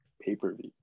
pay-per-view